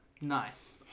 Nice